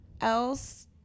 else